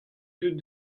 deuet